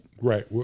Right